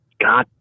God